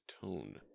tone